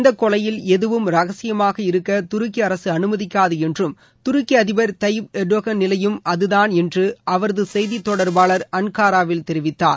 இந்த கொலையில் எதுவும் ரகசியமாக இருக்க துருக்கி அரசு அனுமதிக்காது என்றும் துருக்கி அதிபர் தையிப் எர்டோகன் நிலை அது தான் என்று அவரது செய்தி தொடர்பாளர் அங்காராவில் தெரிவித்தார்